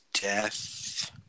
Death